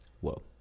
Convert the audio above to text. Whoa